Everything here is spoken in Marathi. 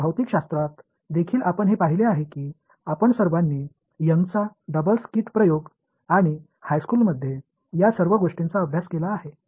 भौतिकशास्त्रात देखील आपण हे पाहिले आहे की आपण सर्वांनी यंगचा डबल स्लिट प्रयोग आणि हायस्कूलमध्ये या सर्व गोष्टींचा अभ्यास केला आहे